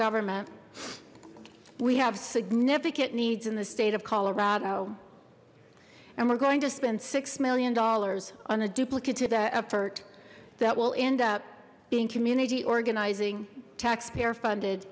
government we have significant needs in the state of colorado and we're going to spend six million dollars on a duplicated effort that will end up being community organizing taxpayer funded